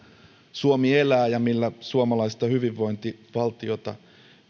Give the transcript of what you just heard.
suomi elää ja millä suomalaista hyvinvointivaltiota